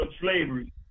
slavery